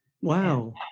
Wow